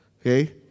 okay